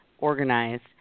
organized